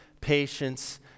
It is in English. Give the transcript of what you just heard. patience